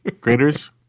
graders